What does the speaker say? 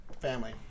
family